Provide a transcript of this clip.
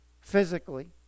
physically